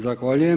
Zahvaljujem.